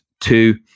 two